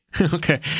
Okay